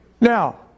Now